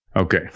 Okay